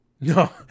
No